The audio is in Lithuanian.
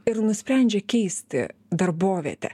ir nusprendžia keisti darbovietę